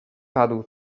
padł